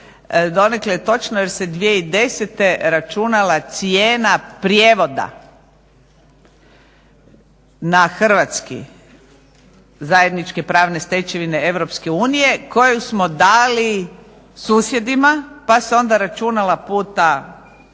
Donekle je točno jer se 2010. računala cijena prijevoda na hrvatski, zajedničke pravne stečevine EU koju smo dali susjedima pa se onda računala puta